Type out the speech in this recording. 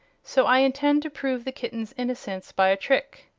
so i intend to prove the kitten's innocence by a trick.